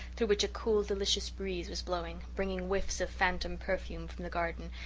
through which a cool, delicious breeze was blowing, bringing whiffs of phantom perfume from the garden,